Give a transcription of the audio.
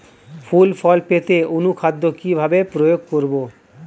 ফুল ফল পেতে অনুখাদ্য কিভাবে প্রয়োগ করব?